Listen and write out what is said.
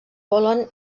volen